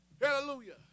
Hallelujah